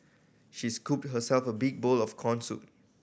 she scooped herself a big bowl of corn soup